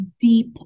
deep